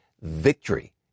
victory